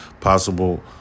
possible